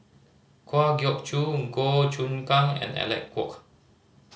Kwa Geok Choo Goh Choon Kang and Alec Kuok